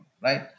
right